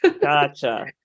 Gotcha